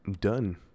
done